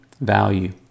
value